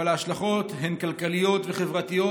אבל ההשלכות הן כלכליות וחברתיות,